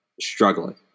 struggling